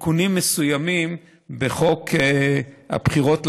תיקונים מסוימים בחוק הבחירות לכנסת.